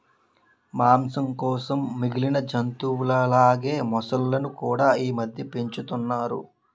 మాంసం కోసం మిగిలిన జంతువుల లాగే మొసళ్ళును కూడా ఈమధ్య పెంచుతున్నారు